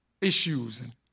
issues